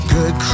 Good